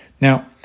Now